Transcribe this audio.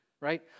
right